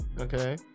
Okay